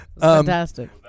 Fantastic